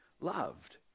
loved